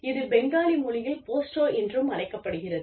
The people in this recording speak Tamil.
இது பெங்காலி மொழியில் போஸ்டோ என்றும் அழைக்கப்படுகிறது